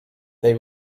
they